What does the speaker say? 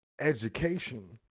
education